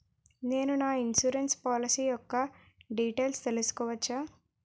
నేను నా insurance policy యెక్క డీటైల్స్ తెల్సుకోవచ్చా?